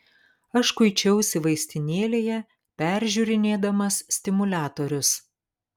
aš kuičiausi vaistinėlėje peržiūrinėdamas stimuliatorius